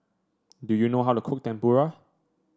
do you know how to cook Tempura